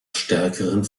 stärkeren